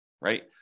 right